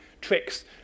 tricks